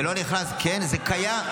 זה לא נכנס ------ כן, זה קיים.